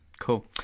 Cool